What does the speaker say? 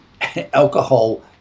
alcohol